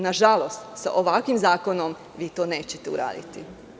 Nažalost, sa ovakvim zakonom to nećete uraditi.